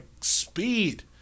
speed